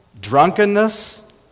drunkenness